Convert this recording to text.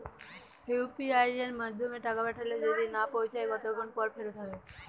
UPI য়ের মাধ্যমে টাকা পাঠালে যদি না পৌছায় কতক্ষন পর ফেরত হবে?